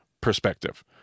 perspective